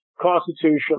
Constitution